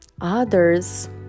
Others